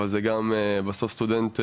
אבל בסוף סטודנט,